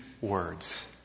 words